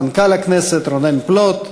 מנכ"ל הכנסת רונן פלוט,